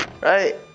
right